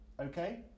Okay